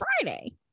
Friday